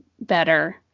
better